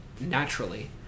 naturally